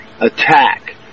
attack